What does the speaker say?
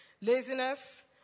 laziness